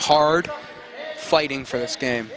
hard fighting for this game